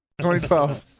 2012